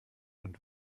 und